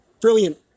brilliant